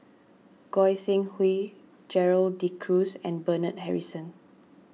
Goi Seng Hui Gerald De Cruz and Bernard Harrison